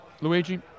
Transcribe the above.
Luigi